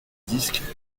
disque